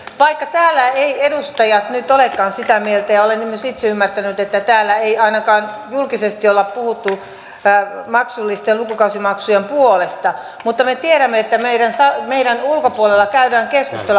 vaikka täällä eivät edustajat nyt olekaan sitä mieltä ja olen myös itse ymmärtänyt että täällä ei ainakaan julkisesti olla puhuttu lukukausimaksujen puolesta me tiedämme että meidän ulkopuolellamme käydään keskustelua